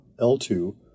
L2